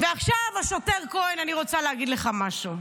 ועכשיו, השוטר כהן, אני רוצה להגיד לך משהו: